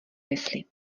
mysli